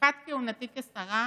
בתקופת כהונתי כשרה